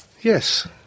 Yes